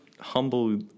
humble